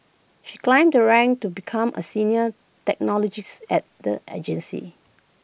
she climbed the ranks to become A senior technologist at the agency